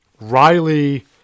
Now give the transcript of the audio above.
Riley